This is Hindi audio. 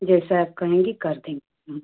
जैसा आप कहेंगी कर देंगे हम